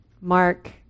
Mark